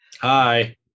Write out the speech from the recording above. hi